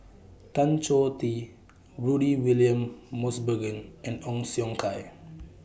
Tan Choh Tee Rudy William Mosbergen and Ong Siong Kai